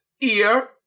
ear